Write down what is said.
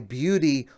beauty